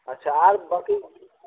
আচ্ছা আর বাকি